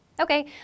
Okay